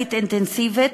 חברתית אינטנסיבית,